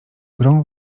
grą